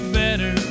better